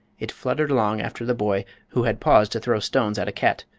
it fluttered along after the boy, who had paused to throw stones at a cat.